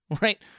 Right